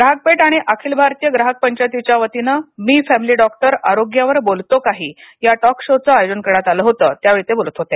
ग्राहक पेठ आणि अखिल भारतीय ग्राहक पंचायतीच्या वतीने मी फॅमिली डॉक्टर आरोग्यावर बोलतो काही या टॉक शोचे आयोजन करण्यात आल होत त्यावेळी ते बोलत होते